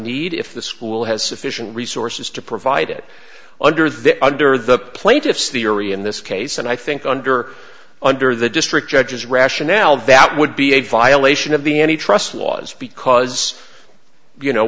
need if the school has sufficient resources to provide it under the under the plaintiff's theory in this case and i think under under the district judges rationale that would be a violation of the any trust laws because you know